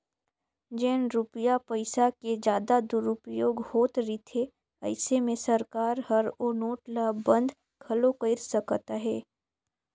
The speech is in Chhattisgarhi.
जेन रूपिया पइसा के जादा दुरूपयोग होत रिथे अइसे में सरकार हर ओ नोट ल बंद घलो कइर सकत अहे